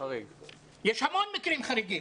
יש המון מקרים חריגים.